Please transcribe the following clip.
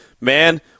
man